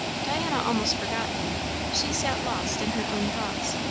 diana almost forgot him she sat lost in her own thoughts.